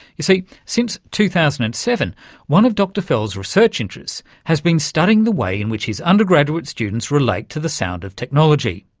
you see, since two thousand and seven one of dr fell's research interests has been studying the way in which his undergraduate students relate to the sound of technology.